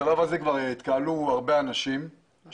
בשלב הזה התקהלו כבר הרבה שנים שפתחו